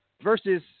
versus